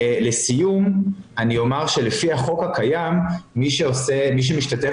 לסיום אני אומר שלפי החוק הקיים מי שמשתתף